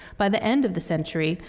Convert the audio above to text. by the end of the century,